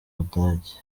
budage